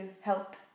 help